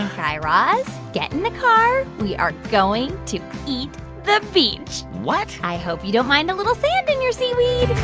and guy raz, get in the car. we are going to eat the beach what? i hope you don't mind a little sand in your seaweed